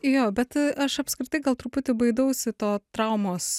jo bet aš apskritai gal truputį baidausi to traumos